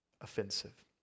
offensive